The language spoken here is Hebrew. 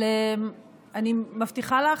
אבל אני מבטיחה לך,